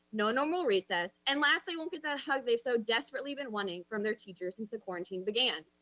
no normal recess, and lastly, won't get that hug they've so desperately been wanting from their teachers since the quarantine began.